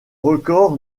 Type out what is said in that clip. record